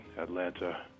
Atlanta